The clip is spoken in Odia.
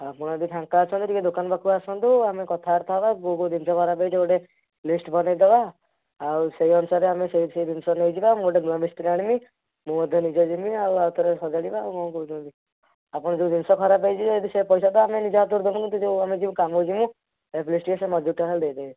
ଆପଣ ଏବେ ଫାଙ୍କା ଅଛନ୍ତି ଟିକିଏ ଦୋକାନ ପାଖକୁ ଆସନ୍ତୁ ଆମେ କଥାବାର୍ତ୍ତା ହେବା କେଉଁ କେଉଁ ଜିନିଷ ଖରାପ ହେଇଛି ଗୋଟେ ଲିଷ୍ଟ ବନେଇଦେବା ଆଉ ସେଇ ଅନୁସାରେ ଆମେ ସେଇ ସେଇ ଜିନିଷ ନେଇଯିବା ମୁଁ ଗୋଟେ ନୁଆଁ ମିସ୍ତ୍ରୀ ଆଣିମି ମୁଁ ମଧ୍ୟ ନିଜେ ଯିମି ଆଉ ଆଉଥରେ ସଜାଡ଼ିବା ଆଉ କଣ କହୁଛନ୍ତି ଆପଣଙ୍କ ଯେଉଁ ଜିନିଷ ଖରାପ ହେଇଛି ଯଦି ସେ ପଇସାଟା ଆମେ ନିଜ ହାତରୁ ଦେବୁ କିନ୍ତୁ ଯେଉଁ ଆମେ ଯେଉଁ କାମରେ ଯିବୁ ଆଟଲିଷ୍ଟ ଟିକିଏ ସେ ମଜୁରୀଟା ଖାଲି ଦେଇଦେବେ